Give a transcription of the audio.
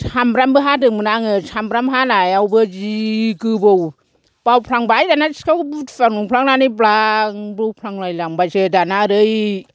सामब्रामबो हादोंमोन आङो सामब्राम हानायावबो जि गोबौ बावफ्लांबाय दाना सिखाखौ बुथुआ नंफ्लांनानै ब्लां बौफ्लांलायलांबायसो दाना ओरै